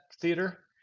theater